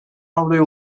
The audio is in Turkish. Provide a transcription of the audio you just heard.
avroya